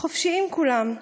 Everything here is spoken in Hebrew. חופשיים כולם,